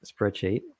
spreadsheet